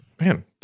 Man